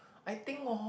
I think orh